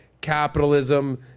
capitalism